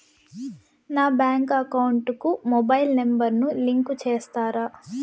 నా bank account కు mobile number ను లింకు చేస్తారా?